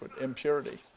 impurity